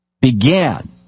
began